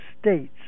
states